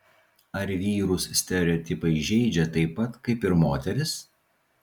ar vyrus stereotipai žeidžia taip pat kaip ir moteris